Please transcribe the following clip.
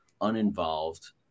uninvolved